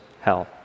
hell